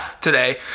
today